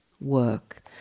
work